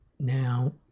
Now